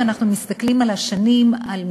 אם אנחנו מסתכלים על כמה השנים האחרונות,